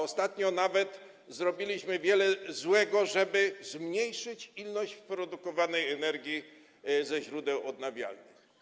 Ostatnio nawet zrobiliśmy wiele złego, żeby zmniejszyć ilość produkowanej energii ze źródeł odnawialnych.